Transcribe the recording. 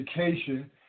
education